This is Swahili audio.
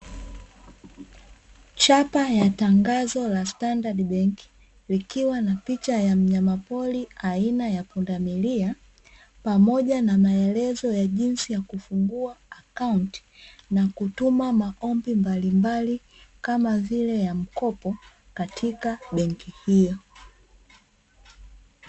Chapa ya tangazo ya standard benki, ikiwa na picha ya mnyama pori aina ya pundamilia, pamoja na maelezo ya jinsi ya kufungua akaunti na kutuma maombi mbalimbali kama vile ya mkopo katika benki hiyo.